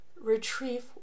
retrieve